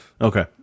Okay